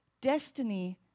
destiny